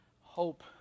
hope